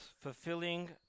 Fulfilling